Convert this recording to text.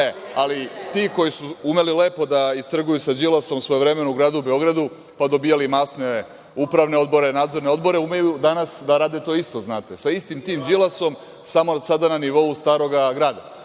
džepić. Ti koji su umeli lepo da istrguju sa Đilasom svojevremeno u gradu Beogradu, pa dobijali masne upravne odbore, nadzorne odbore, umeju danas da rade to isto, znate, sa istim tim Đilasom, samo od sada na nivou Starog grada.